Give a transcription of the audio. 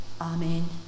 Amen